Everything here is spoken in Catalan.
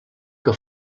que